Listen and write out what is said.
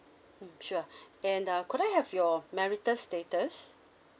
mm sure and uh could I have your marital status